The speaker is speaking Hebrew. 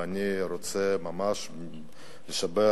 ואני רוצה ממש לשבח,